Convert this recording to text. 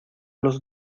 los